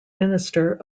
minister